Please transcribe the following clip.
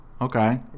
okay